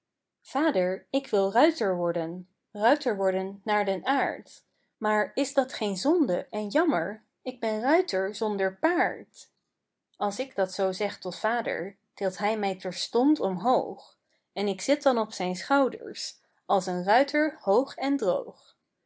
vader ik wil ruiter worden ruiter worden naar den aard maar is dat geen zonde en jammer ik ben ruiter zonder paard als ik dat zoo zeg tot vader tilt hij mij terstond omhoog en ik zit dan op zijn schouders als een ruiter hoog en droog